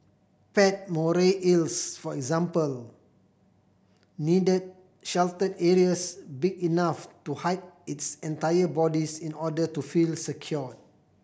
pet moray eels for example need the sheltered areas big enough to hide its entire bodies in order to feel secure